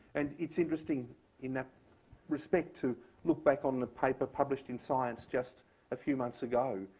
and it's interesting in that respect to look back on the paper published in science just a few months ago,